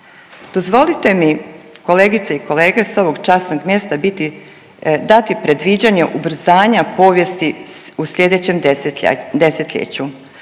Dozvolite mi kolegice i kolege sa ovog časnog mjesta dati predviđanje ubrzanja povijesti u sljedećem desetljeću